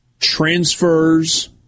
transfers